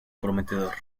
prometedor